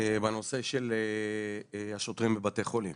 בנושא של השוטרים בבתי חולים.